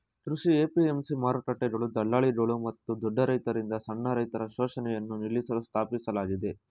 ಕೃಷಿ ಎ.ಪಿ.ಎಂ.ಸಿ ಮಾರುಕಟ್ಟೆಗಳು ದಳ್ಳಾಳಿಗಳು ಮತ್ತು ದೊಡ್ಡ ರೈತರಿಂದ ಸಣ್ಣ ರೈತರ ಶೋಷಣೆಯನ್ನು ನಿಲ್ಲಿಸಲು ಸ್ಥಾಪಿಸಲಾಗಿದೆ